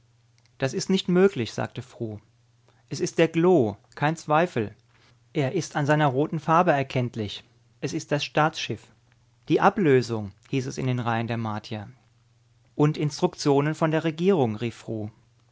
das ist nicht möglich sagte fru es ist der glo kein zweifel er ist an seiner roten farbe kenntlich es ist das staatsschiff die ablösung hieß es in den reihen der martier und instruktionen von der regierung rief